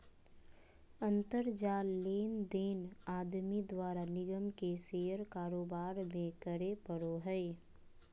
अंतर जाल लेनदेन आदमी द्वारा निगम के शेयर कारोबार में करे पड़ो हइ